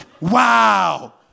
Wow